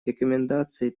рекомендации